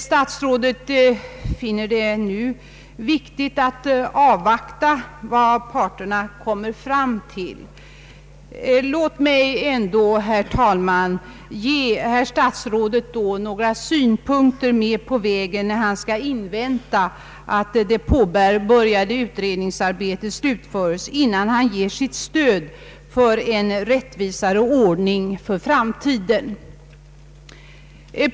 Statsrådet finner det nu viktigt att avvakta vad parterna kommer fram till. Låt mig, herr talman, ändå ge herr statsrådet några synpunkter med på vägen, när han skall invänta att det påbörjade utredningsarbetet slutföres innan han ger sitt stöd åt en rättvisare ordning för framtiden.